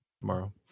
Tomorrow